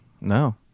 No